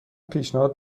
پیشنهاد